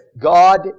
God